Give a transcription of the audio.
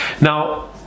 Now